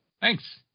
thanks